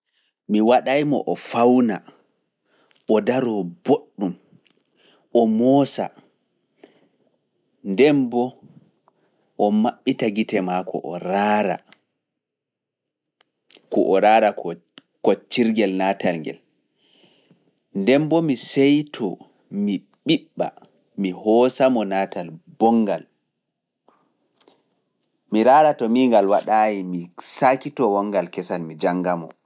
Mi waɗay mo o fawna, o daroo boɗɗum, o moosa, nden mbo o maɓɓita gite maako o raara koccirgel naatal ngel, nden bo mi saito mi hoosa mo naatal bonngal, mi raara to miingal waɗaayi, mi sakitoo wonngal kesal, mi jannga mo.